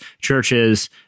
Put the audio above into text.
churches